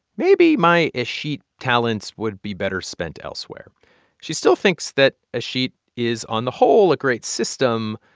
maybe my escheat talents would be better spent elsewhere she still thinks that escheat is on the whole a great system,